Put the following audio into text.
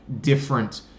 different